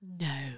no